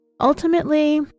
Ultimately